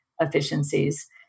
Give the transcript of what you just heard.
efficiencies